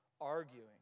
arguing